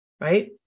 right